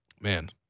man